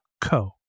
co